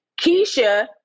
Keisha